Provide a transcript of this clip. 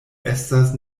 estas